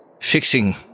fixing